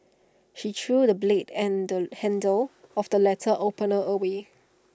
she threw the blade and handle of the letter opener away